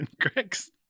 Greg's